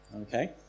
Okay